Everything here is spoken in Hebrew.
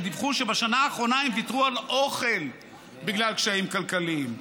שדיווחו שבשנה האחרונה הם ויתרו על אוכל בגלל קשיים כלכליים: